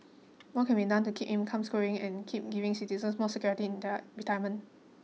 more could be done to keep incomes growing and keep giving citizens more security in their retirement